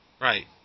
Right